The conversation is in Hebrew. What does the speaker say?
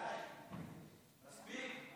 די, מספיק.